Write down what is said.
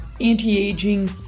anti-aging